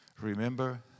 Remember